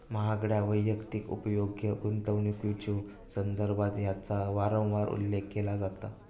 महागड्या वैयक्तिक उपभोग्य गुंतवणुकीच्यो संदर्भात याचा वारंवार उल्लेख केला जाता